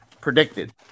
predicted